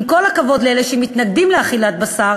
עם כל הכבוד לאלה שמתנגדים לאכילת בשר